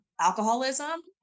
alcoholism